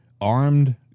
armed